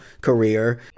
career